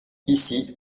ici